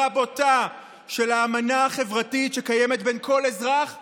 בוטה של האמנה החברתית שקיימת בין כל אזרח למדינתו.